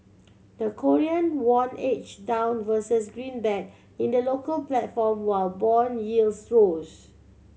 the Korean won edge down versus greenback in the local platform while bond yields rose